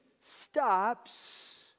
stops